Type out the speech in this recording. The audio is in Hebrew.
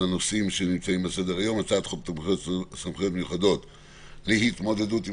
הנושאים שנמצאים על סדר היום: הצעת תקנות סמכויות מיוחדות להתמודדות עם